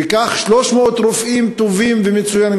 וכך 300 רופאים טובים ומצוינים,